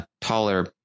taller